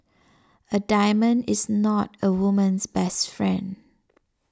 a diamond is not a woman's best friend